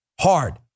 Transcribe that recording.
hard